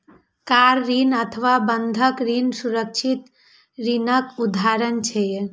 car ऋण अथवा बंधक ऋण सुरक्षित ऋणक उदाहरण छियै